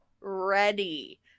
ready